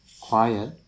quiet